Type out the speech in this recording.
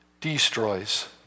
destroys